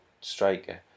striker